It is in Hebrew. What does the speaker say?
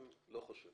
לא.